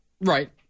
Right